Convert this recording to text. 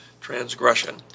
transgression